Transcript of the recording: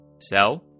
Sell